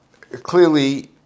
clearly